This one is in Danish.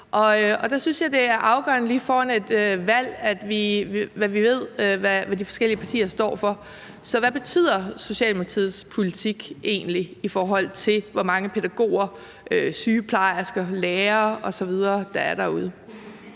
Og der synes jeg, det er afgørende lige foran et valg, at vi ved, hvad de forskellige partier står for. Så hvad betyder Socialdemokratiets politik egentlig, i forhold til hvor mange pædagoger, sygeplejersker, lærere osv. der er derude?